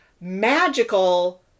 magical